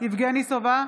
יבגני סובה,